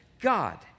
God